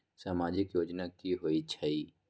समाजिक योजना की होई छई?